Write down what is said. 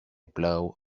blow